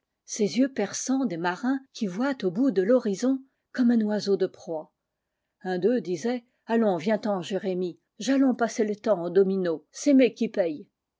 ces yeux perçants des marins qui voient au bout de l'horizon comme un oiseau de proie un d'eux disait allons viens ten jérémie j'allons passer r temps aux dominos c'est mé qui paye